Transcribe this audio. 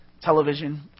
Television